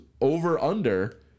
over-under